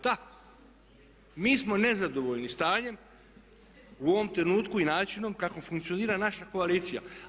Da, mi smo nezadovoljni sa stanjem u ovom trenutku i načinom kako funkcionira naša koalicija.